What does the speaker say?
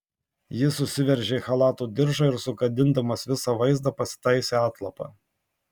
jis susiveržė chalato diržą ir sugadindamas visą vaizdą pasitaisė atlapą